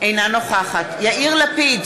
אינה נוכחת יאיר לפיד,